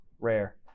Rare